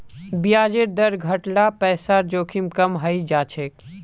ब्याजेर दर घट ल पैसार जोखिम कम हइ जा छेक